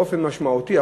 באופן משמעותי,